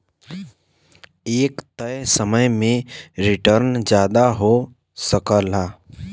एक तय समय में रीटर्न जादा हो सकला